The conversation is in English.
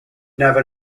never